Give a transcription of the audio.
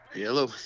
hello